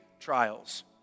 trials